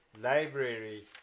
Library